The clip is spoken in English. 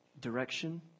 Direction